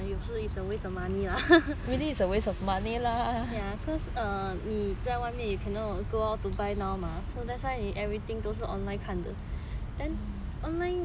cause err 你在外面 you cannot go out to buy now mah so that's why everything 都是 online 看的 then online stuff 真的 sometimes is 骗人 one and